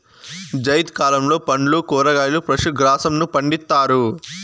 జైద్ కాలంలో పండ్లు, కూరగాయలు, పశు గ్రాసంను పండిత్తారు